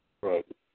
Right